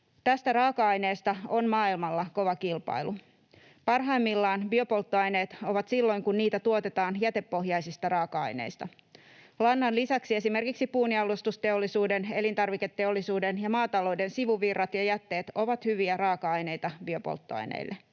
Tästä raaka-aineesta on maailmalla kova kilpailu. Parhaimmillaan biopolttoaineet ovat silloin, kun niitä tuotetaan jätepohjaisista raaka-aineista. Lannan lisäksi esimerkiksi puunjalostusteollisuuden, elintarviketeollisuuden ja maatalouden sivuvirrat ja jätteet ovat hyviä raaka-aineita biopolttoaineille.